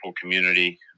community